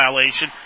violation